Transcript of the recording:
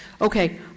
Okay